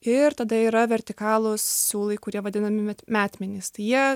ir tada yra vertikalūs siūlai kurie vadinami metmenys tai jie